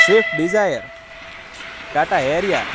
swift desire Tata Harrier